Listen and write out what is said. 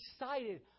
excited